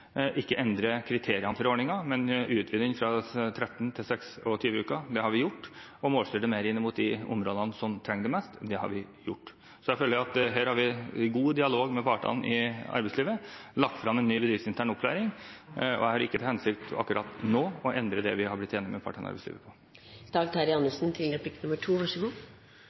ikke endre kriteriene for ordningene, men utvide den fra 13 til 26 uker, det har vi gjort, og å målstyre mer inn mot de områdene som trenger det mest. Det har vi gjort. Da føler jeg at her har vi god dialog med partene i arbeidslivet. Vi har lagt frem en ny bedriftsintern opplæring, og jeg har ikke til hensikt akkurat nå å endre det vi har blitt enige med partene i arbeidslivet om. Det er riktig at jeg har god tro på